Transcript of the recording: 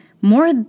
more